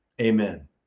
Amen